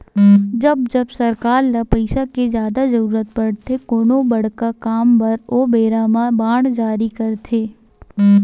जब जब सरकार ल पइसा के जादा जरुरत पड़थे कोनो बड़का काम बर ओ बेरा म बांड जारी करथे